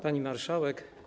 Pani Marszałek!